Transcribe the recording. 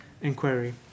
inquiry